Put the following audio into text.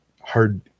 Hard